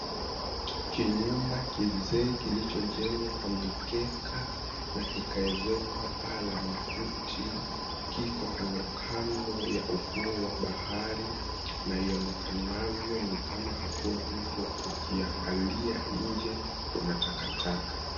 Kinyumba kizee kilichojengwa kwa mikeka, na kikawezekwa paa la makuti, kiko kandokando ya ufuo wa bahari. Na ionekanenavyo ni kama hakuna mtu wa kukiangalia. Nje kuna takataka.